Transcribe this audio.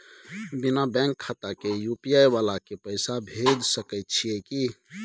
बिना बैंक खाता के यु.पी.आई वाला के पैसा भेज सकै छिए की?